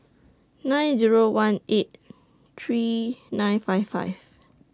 nine Zero one eight three nine five five